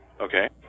Okay